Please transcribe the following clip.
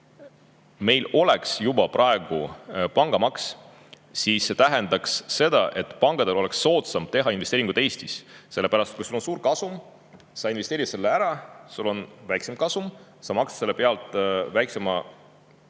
kui meil oleks juba praegu pangamaks, siis see tähendaks seda, et pankadel oleks soodsam teha Eestis investeeringuid, sellepärast et kui sul on suur kasum, sa investeerid selle ära, kui sul on väiksem kasum, sa maksad selle pealt väiksemat maksu.